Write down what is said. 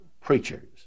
preachers